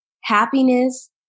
happiness